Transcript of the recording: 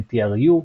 NTRU,